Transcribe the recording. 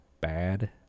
bad